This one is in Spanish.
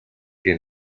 que